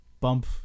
bump